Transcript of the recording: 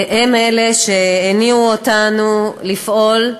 הם אלה שהניעו אותנו לפעול,